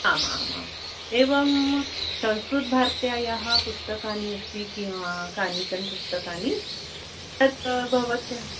आम् आम् आम् एवं संस्कृतभारत्याः पुस्तकानि अस्ति किं कानिचन पुस्तकानि तत् भवत्याः